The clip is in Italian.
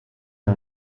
non